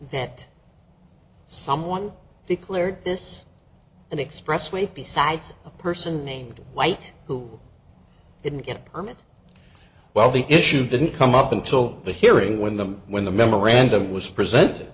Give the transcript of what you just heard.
that someone declared this an expressway besides a person named white who didn't get a permit well the issue didn't come up until the hearing when the when the memorandum was present